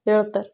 ಹೇಳ್ತಾರ